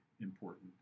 important